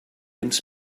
ens